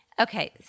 Okay